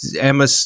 Emma